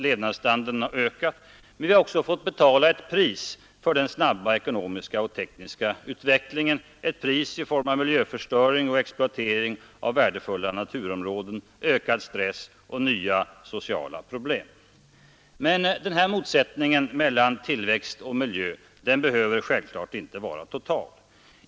Levnadsstandarden har ökat, men vi har också fått betala ett pris för den snabba ekonomiska och tekniska utvecklingen; ett pris i form av miljöförstöring och exploatering av värdefulla naturområden, ökad stress och nya sociala problem. Men denna motsättning mellan tillväxt och miljö behöver självfallet inte vara total.